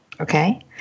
Okay